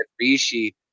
rishi